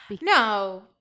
no